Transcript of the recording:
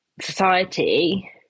society